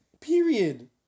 Period